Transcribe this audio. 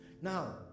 Now